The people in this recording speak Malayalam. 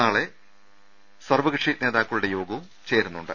നാളെ സർവ്വകക്ഷി നേതാക്കളുടെ യോഗവും ചേരുന്നുണ്ട്